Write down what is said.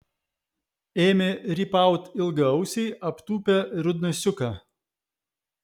ėmė rypaut ilgaausiai aptūpę rudnosiuką